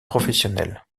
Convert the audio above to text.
professionnels